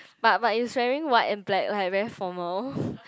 but but is wearing white and black right very formal